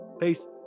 peace